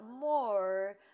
more